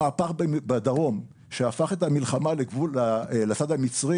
המהפך בדרום שהפך את המלחמה לצד המצרי